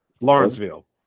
lawrenceville